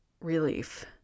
relief